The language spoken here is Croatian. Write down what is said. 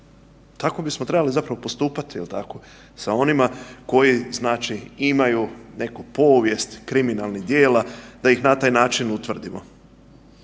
Tako bismo trebali zapravo postupati jel tako sa onima koji znači imaju neku povijest kriminalnih djela da ih na taj način utvrdimo.